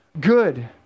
good